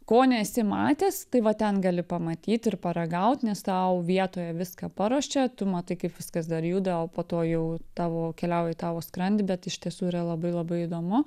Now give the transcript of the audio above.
ko nesi matęs tai va ten gali pamatyt ir paragaut nes tau vietoje viską paruošia tu matai kaip viskas dar juda o po to jau tavo keliauja į tavo skrandį bet iš tiesų yra labai labai įdomu